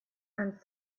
and